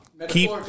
keep